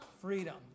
Freedom